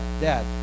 dad